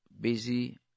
busy